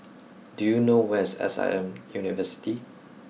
do you know where is S I M University